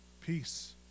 peace